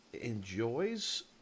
enjoys